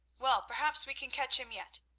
well, perhaps we can catch him yet,